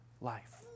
life